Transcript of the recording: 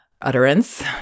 utterance